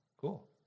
cool